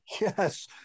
Yes